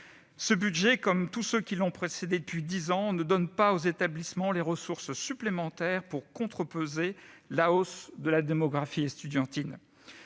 Ce budget, comme tous ceux qui l'ont précédé depuis dix ans, ne donne pas aux établissements les ressources supplémentaires nécessaires pour contrepeser la hausse de la démographie estudiantine.